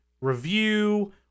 review